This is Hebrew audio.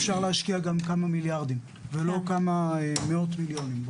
אפשר להשקיע גם כמה מיליארדים ולא כמה מאות מיליונים.